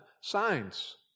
signs